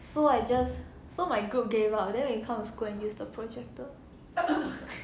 so I just so my group gave up then we come to school and use the projector